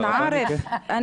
אנא עארף,